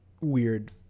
weird